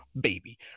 baby